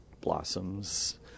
blossoms